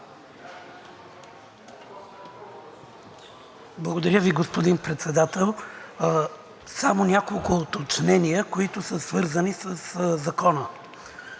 Благодаря Ви, господин Председател. Само няколко уточнения, които са свързани със Закона.